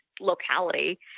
locality